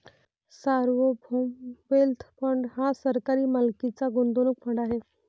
सार्वभौम wealth fund हा सरकारी मालकीचा गुंतवणूक फंड आहे